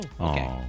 okay